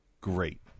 Great